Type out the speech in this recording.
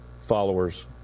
followers